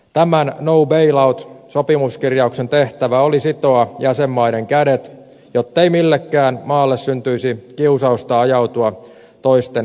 tämän no bail out sopimuskirjauksen tehtävä oli sitoa jäsenmaiden kädet jottei millekään maalle syntyisi kiusausta ajautua toisten elätettäväksi